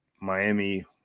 Miami